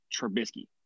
Trubisky